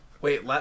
Wait